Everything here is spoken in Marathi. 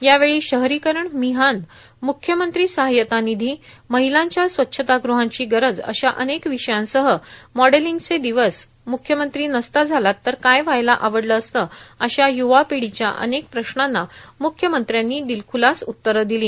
यावेळी शहरीकरण मिहान मुख्यमंत्री सहायता निधी महिलांच्या स्वच्छतागृहांची गरज अशा अनेक विषयांसह मॉडेलिंगचे दिवस म्रख्यमंत्री नसता झालात तर काय व्हायला आवडलं असतं अशा युवा पिढीच्या अनेक प्रश्नांना मुख्यमंत्र्यांनी दिलख्रलास उत्तरं दिली